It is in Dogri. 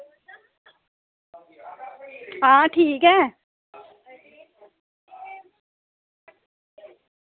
आं ठीक ऐ